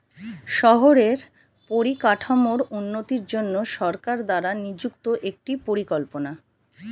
শহরের পরিকাঠামোর উন্নতির জন্য সরকার দ্বারা নিযুক্ত একটি পরিকল্পনা